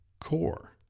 core